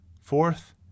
Fourth